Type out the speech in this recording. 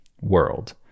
world